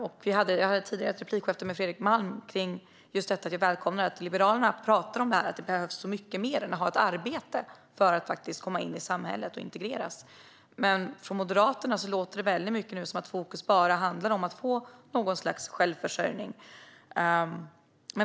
Jag hade tidigare ett replikskifte med Fredrik Malm om just detta, nämligen att jag välkomnar att Liberalerna talar om att det behövs mycket mer än ett arbete för att komma in samhället och integreras. Från Moderaternas sida låter det dock väldigt mycket som att fokus bara är att människor ska få något slags självförsörjning.